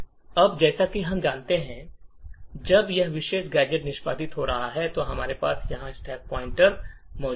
अब जैसा कि हम जानते हैं कि जब यह विशेष गैजेट निष्पादित हो रहा है तो हमारे पास यहां स्टैक पॉइंटर मौजूद है